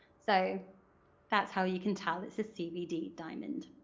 so that's how you can tell it's a cvd diamond.